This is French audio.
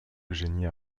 eugénie